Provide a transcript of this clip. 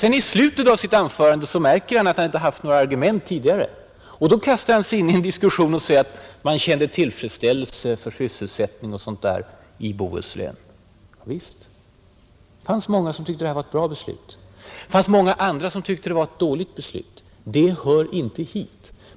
Men i slutet av sitt anförande märker han att han inte tidigare har haft några argument — då kastar han sig in i en ny diskussion och säger att man kände tillfredsställelse över sysselsättning osv, i Bohuslän, Javisst, det var många som tyckte att detta var ett bra beslut. Det 23 fanns många andra som tyckte att det var ett dåligt beslut. Det hör inte hit.